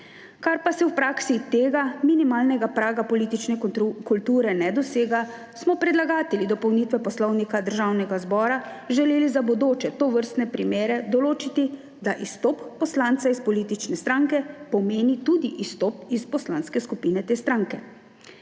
Ker pa se v praksi tega minimalnega praga politične kulture ne dosega, smo predlagatelji dopolnitve Poslovnika državnega zbora želeli za bodoče tovrstne primere določiti, da izstop poslanca iz politične stranke pomeni tudi izstop iz poslanske skupine te stranke.